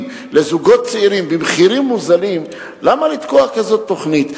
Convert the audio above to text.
לזוגות צעירים במחירים מוזלים: למה לתקוע כזאת תוכנית?